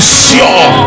sure